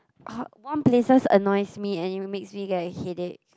!huh! one places annoys me and it makes me get a headache